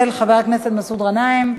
של חבר הכנסת מסעוד גנאים,